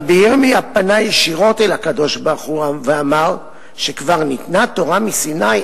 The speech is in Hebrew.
רבי ירמיה פנה ישירות אל הקדוש-ברוך-הוא ואמר: "שכבר ניתנה תורה מסיני,